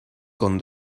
con